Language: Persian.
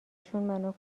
شون